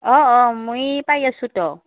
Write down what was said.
অঁ অঁ মোই পায়ে আছোঁ তো